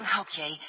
Okay